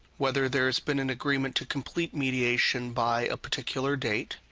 whether there has been an agreement to complete mediation by a particular date,